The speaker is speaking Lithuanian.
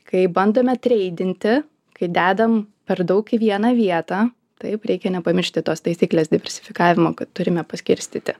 kai bandome treidinti kai dedam per daug į vieną vietą taip reikia nepamiršti tos taisyklės diversifikavimo turime paskirstyti